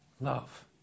Love